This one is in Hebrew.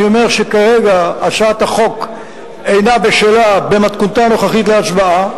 אני אומר שכרגע הצעת החוק במתכונתה הנוכחית אינה בשלה להצבעה.